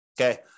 Okay